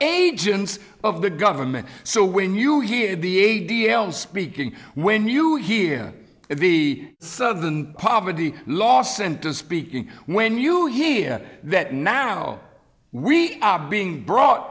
agents of the government so when you hear the a d l speaking when you hear the southern poverty law center speaking when you hear that now we are being brought